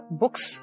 books